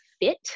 fit